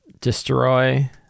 destroy